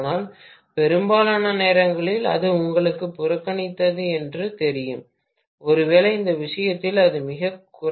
ஆனால் பெரும்பாலான நேரங்களில் அது உங்களுக்கு புறக்கணிக்கத்தக்கது என்று தெரியும் ஒருவேளை இந்த விஷயத்தில் அது மிகக் குறைவு அல்ல